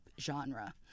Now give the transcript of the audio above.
genre